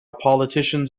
politicians